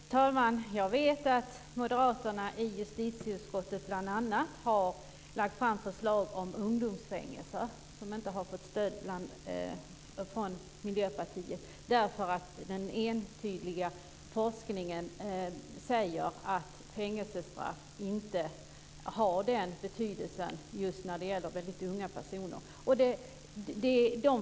Fru talman! Jag vet att moderaterna i justitieutskottet bl.a. har lagt fram förslag om ungdomsfängelser. Det förslaget har inte fått stöd från Miljöpartiet eftersom den entydiga forskningen säger att fängelsestraff inte har den betydelsen när det gäller väldigt unga personer.